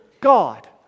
God